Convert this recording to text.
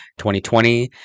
2020